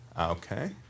okay